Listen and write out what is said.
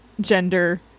gender